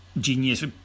genius